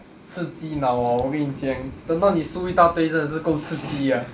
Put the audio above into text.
刺激脑 ah 我跟你讲等到你输一大堆真的是够刺激 ah